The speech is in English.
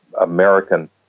American